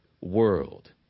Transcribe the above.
world